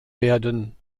werden